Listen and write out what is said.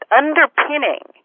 underpinning